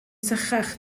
sychach